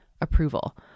approval